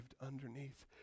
underneath